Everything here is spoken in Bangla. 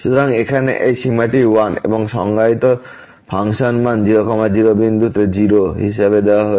সুতরাং এখানে এই সীমাটি 1 এবং সংজ্ঞায়িত ফাংশন মান 0 0 বিন্দুতে 0 হিসাবে দেওয়া হয়েছে